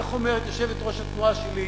איך אומרת יושבת-ראש התנועה שלי?